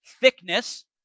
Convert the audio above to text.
thickness